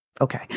okay